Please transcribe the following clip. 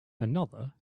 another